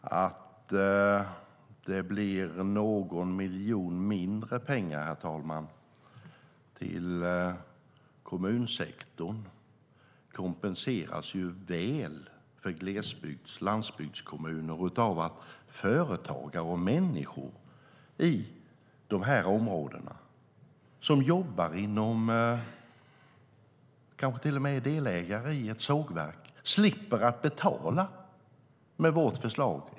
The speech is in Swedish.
Herr talman! Att det blir någon miljon kronor mindre till kommunsektorn kompenseras väl för glesbygds och landsbygdskommuner av att företagare och människor i de områdena som jobbar på, kanske till och är delägare i, ett sågverk slipper betala kilometerskatt med vårt förslag.